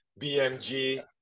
BMG